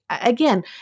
again